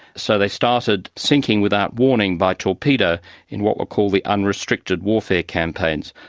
so they started sinking without warning by torpedo in what were called the unrestricted warfare campaigns.